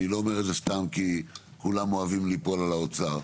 אני לא אומר את זה סתם כי כולם אוהבים ליפול על האוצר.